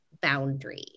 boundary